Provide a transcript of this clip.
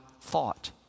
thought